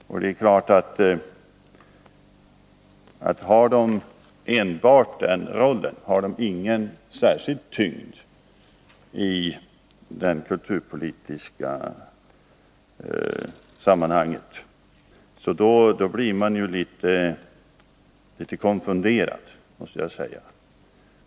Om det är så att uttalandena enbart har den funktionen, om de inte har någon särskild tyngd i de kulturpolitiska sammanhangen, då måste jag säga att man naturligtvis blir litet konfunderad.